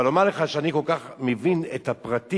אבל לומר לך שאני מבין את הפרטים,